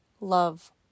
love